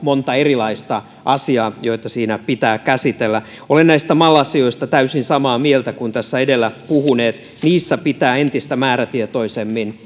on monta erilaista asiaa joita siinä pitää käsitellä olen näistä mal asioista täysin samaa mieltä kuin tässä edellä puhuneet niissä pitää entistä määrätietoisemmin